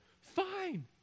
Fine